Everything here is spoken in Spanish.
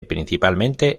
principalmente